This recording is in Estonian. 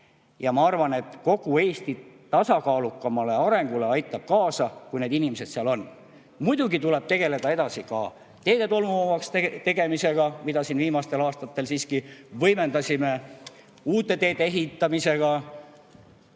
Ma arvan, et kogu Eesti tasakaalukamale arengule aitab kaasa, kui need inimesed seal on. Muidugi tuleb edasi tegeleda ka teede tolmuvabaks muutmisega, mida me viimastel aastatel siiski võimendasime, samuti uute teede ehitamisega,